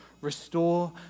restore